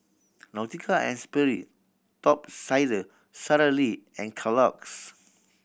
Nautica and Sperry Top Sider Sara Lee and Kellogg's